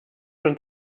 und